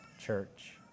Church